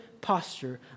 posture